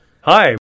Hi